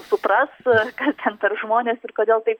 supras kas ten per žmonės ir kodėl taip